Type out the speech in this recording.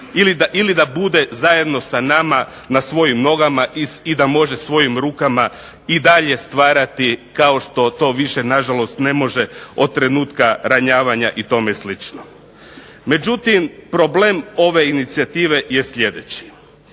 ili da bude zajedno sa nama na svojim nogama i da može svojim rukama i dalje stvarati kao što to više na žalost ne može od trenutka ranjavanja i tome slično. Međutim problem ove inicijative je sljedeći.